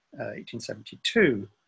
1872